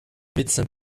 médecin